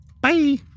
Bye